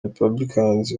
républicains